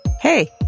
Hey